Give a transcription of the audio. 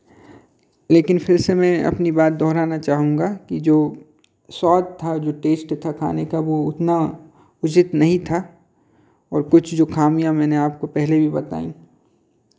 लेकिन फिर से मैं अपनी बात दोहराना चाहूँगा कि जो स्वाद था जो टेस्ट था खाने का वो उतना उचित नहीं था और कुछ जो खामियाँ मैनें आपको पहले भी बताईं